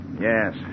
Yes